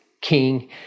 king